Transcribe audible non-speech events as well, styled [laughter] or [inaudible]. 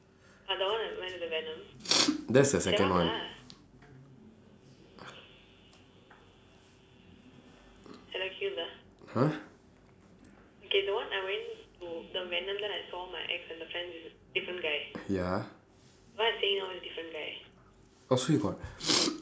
[breath] that's the second one !huh! ya oh so you got